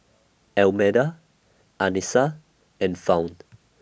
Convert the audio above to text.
Almeda Anissa and Fount